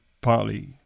partly